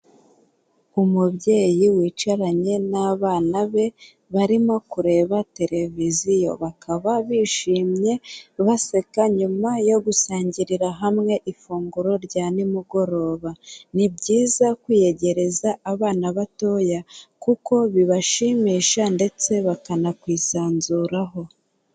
Umubyeyi wicaranye n'abana be barimo kureba televiziyo bakaba bishimye baseka nyuma yo gusangirira hamwe ifunguro rya nimugoroba, ni byizayiza kwiyegereza abana batoya kuko bibashimisha ndetse bakanakwisanzuraho.